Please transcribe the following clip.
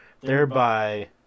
thereby